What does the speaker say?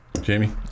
Jamie